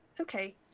Okay